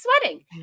sweating